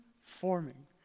forming